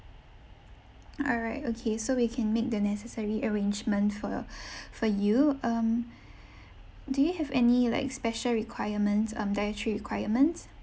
all right okay so we can make the necessary arrangement for for you um do you have any like special requirements um dietary requirements